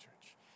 Church